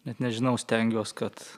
net nežinau stengiuos kad